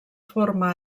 forma